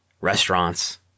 restaurants